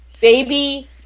Baby